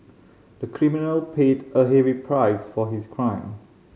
the criminal paid a heavy price for his crime